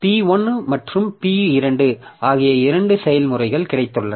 P1 மற்றும் P2 ஆகிய இரண்டு செயல்முறைகள் கிடைத்துள்ளன